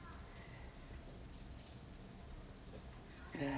yeah